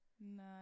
No